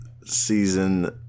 season